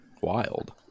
Wild